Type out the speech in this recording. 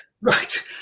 right